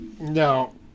no